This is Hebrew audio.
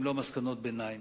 אם לא מסקנות ביניים.